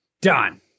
Done